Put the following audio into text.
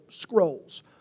scrolls